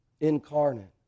incarnate